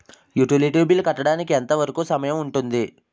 Utility bill కట్టడానికి ఎంత వరుకు సమయం ఉంటుంది?